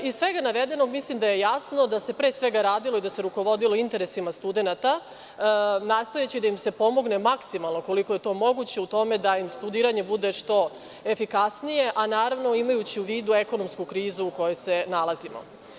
Iz svega navedenog, mislim da je jasno da se pre svega radilo i da se rukovodilo interesima studenata, nastojeći da im se pomogne maksimalno, koliko je to moguće, da im studiranje bude što efikasnije, a naravno imajući i u vidu ekonomsku krizu u kojoj se nalazimo.